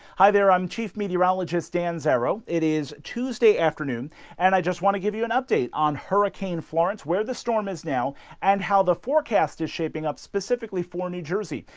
hi there. i'm chief meteorologist dan zero it is tuesday afternoon and i just want to give you an update on hurricane florence where the storm is now and how the forecast is shaping up specifically for new jersey.